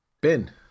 Ben